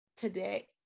today